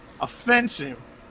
offensive